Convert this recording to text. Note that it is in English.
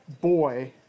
boy